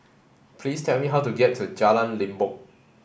please tell me how to get to Jalan Limbok